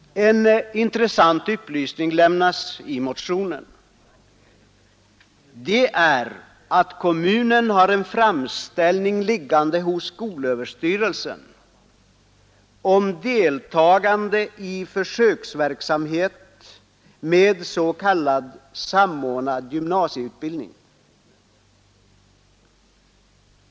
En intressant upplysning lämnas i motionen. Kommunen har en framställning liggande hos skolöverstyrelsen om deltagande i försöksverksamhet med s.k. samordnad gymnasieutbildning.